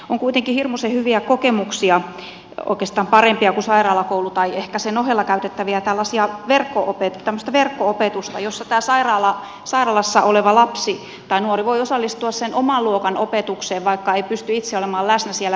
on kuitenkin hirmuisen hyviä kokemuksia oikeastaan parempia kuin sairaalakoulusta ehkä sen ohella käytettävästä tällaisesta verkko opetuksesta jossa sairaalassa oleva lapsi tai nuori voi osallistua sen oman luokan opetukseen vaikka ei pysty itse olemaan läsnä siellä tunnilla